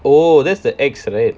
oh that's the ex right